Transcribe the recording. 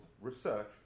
research